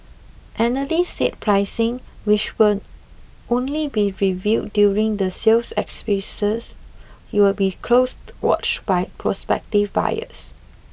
analysts said pricing which will only be revealed during the sales exercise will be closed watched by prospective buyers